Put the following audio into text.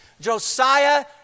Josiah